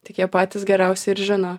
tik jie patys geriausiai ir žino